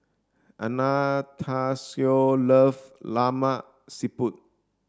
Anastacio love Lemak Siput